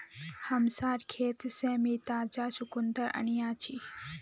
हमसार खेत से मी ताजा चुकंदर अन्याछि